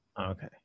Okay